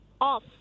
Off